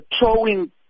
throwing